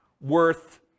worth